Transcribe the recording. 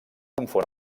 confon